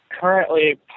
currently